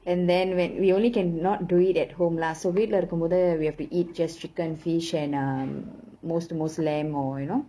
and then when we only can not do it at home lah so வீட்ல இருக்கும் போது:veetla irukum pothu we have to eat just chicken fish and um most to most lamb or you know